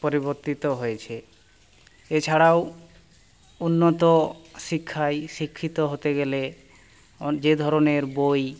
পরিবর্তিত হয়েছে এছাড়াও উন্নত শিক্ষায় শিক্ষিত হতে গেলে যে ধরনের বই